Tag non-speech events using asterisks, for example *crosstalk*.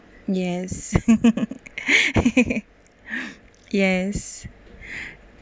yes *laughs* yes